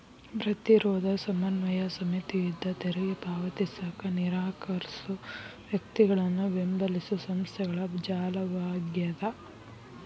ಪ್ರತಿರೋಧ ಸಮನ್ವಯ ಸಮಿತಿ ಯುದ್ಧ ತೆರಿಗೆ ಪಾವತಿಸಕ ನಿರಾಕರ್ಸೋ ವ್ಯಕ್ತಿಗಳನ್ನ ಬೆಂಬಲಿಸೊ ಸಂಸ್ಥೆಗಳ ಜಾಲವಾಗ್ಯದ